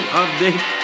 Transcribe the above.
update